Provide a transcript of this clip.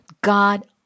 God